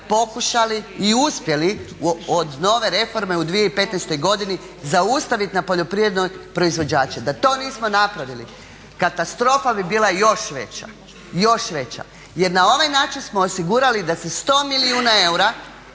pokušali i uspjeli od nove reforme u 2015. godini zaustaviti na poljoprivredne proizvođače. Da to nismo napravili, katastrofa bi bila još veća, još veća. Jer na ovaj način smo osigurali da se 100 milijuna eura